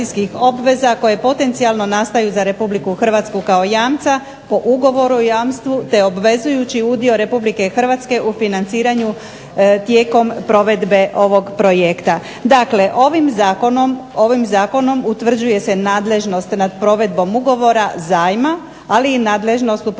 koje potencijalno nastaju za Republiku Hrvatsku kao jamca po ugovoru o jamstvu, te obvezujući udio Republike Hrvatske u financiranju tijekom provedbe ovog projekta. Dakle ovim zakonom utvrđuje se nadležnost nad provedbom ugovora zajma, ali i nadležnost u provedbi